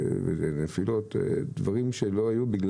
לחפש פלטות, לא לכולם היו.